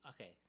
okay